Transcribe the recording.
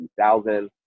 2000